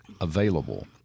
available